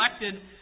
elected